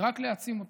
ורק להעצים אותם.